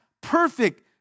perfect